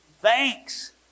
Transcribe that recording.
Thanks